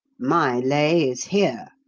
my lay is here!